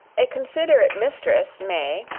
a considerate mistress may,